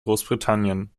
großbritannien